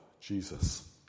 Jesus